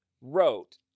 wrote